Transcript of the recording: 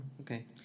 Okay